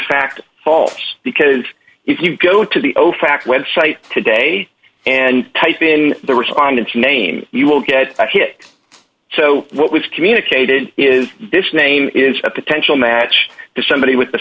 fact false because if you go to the ofac website today and type in the respondents name you will get a hit so what we've communicated is this name is a potential match to somebody with the